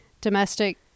domestic